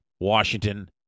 Washington